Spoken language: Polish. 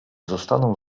zostaną